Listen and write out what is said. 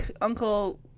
uncle